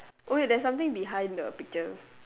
oh wait there's something behind the picture